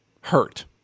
hurt